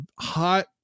hot